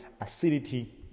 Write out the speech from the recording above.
acidity